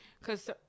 Cause